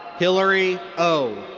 hillary ou.